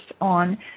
on